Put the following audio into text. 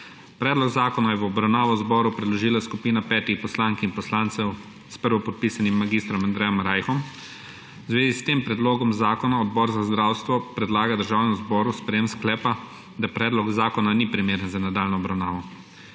Predlog zakona je v obravnavo Državnemu zboru predložila skupina petih poslank in poslancev s prvopodpisanim mag. Andrejem Rajhom. V zvezi s tem predlogom zakona Odbor za zdravstvo predlaga Državnemu zboru sprejetje sklepa, da predlog zakona ni primeren za nadaljnjo obravnavo.